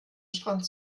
strand